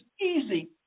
easy